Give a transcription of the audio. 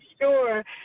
sure